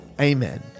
amen